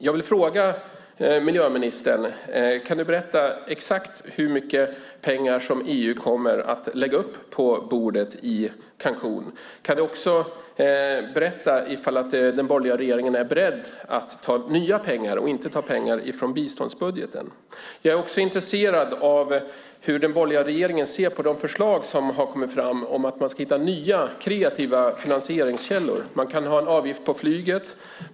Jag vill fråga miljöministern: Kan du berätta exakt hur mycket pengar EU kommer att lägga upp på bordet i Cancún? Kan du också berätta om den borgerliga regeringen är beredd att ta nya pengar och inte pengar från biståndsbudgeten? Jag är också intresserad av hur den borgerliga regeringen ser på de förslag som har kommit fram om att man ska hitta nya kreativa finansieringskällor. Man kan ha en avgift på flyget.